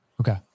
Okay